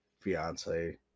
fiance